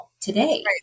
today